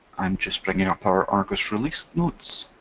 i'm just bringing up our argos release notes,